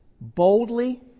boldly